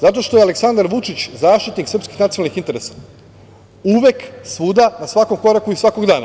Zato što je Aleksandar Vučić zaštitnik srpskih nacionalnih interesa, uvek, svuda, na svakom koraku i svakog dana.